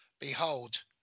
behold